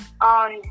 On